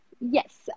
yes